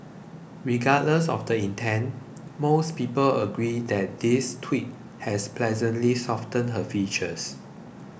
regardless of the intent most people agree that this tweak has pleasantly softened her features